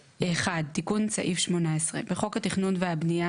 תיקון סעיף 18 1. בחוק התכנון והבנייה